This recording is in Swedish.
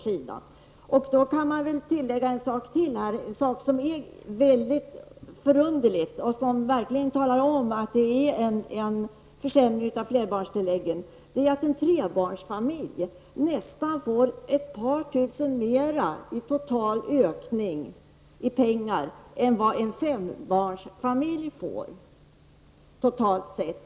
Jag kan tillägga en sak som är mycket förunderlig och som verkligen talar om att flerbarnstilläggen försämras. Det är att en trebarnsfamilj får nästan ett par tusen kronor mera i total ökning än vad en fembarnsfamilj får.